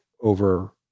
over